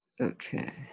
Okay